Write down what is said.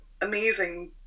amazing